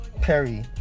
Perry